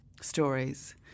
stories